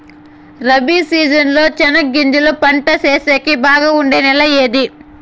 Rabi season లో చెనగగింజలు పంట సేసేకి బాగా ఉండే నెల ఏది?